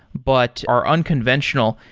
but are unconventional.